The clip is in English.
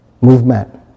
movement